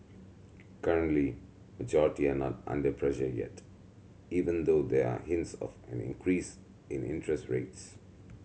currently majority are not under pressure yet even though there are hints of an increase in interest rates